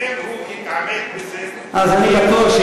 ואם הוא יתעמק בזה --- אז אני --- נכון.